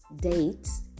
dates